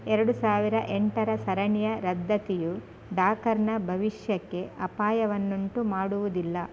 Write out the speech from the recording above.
ಎರಡು ಸಾವಿರ ಎಂಟರ ಸರಣಿಯ ರದ್ದತಿಯು ಡಾಕರ್ನ ಭವಿಷ್ಯಕ್ಕೆ ಅಪಾಯವನ್ನುಂಟು ಮಾಡುವುದಿಲ್ಲ